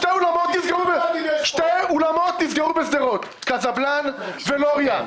שני אולמות נסגרו בשדרות: קזבלן ולוריא.